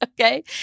Okay